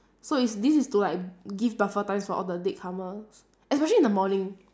so is this is to like give buffer times for all the latecomers especially in the morning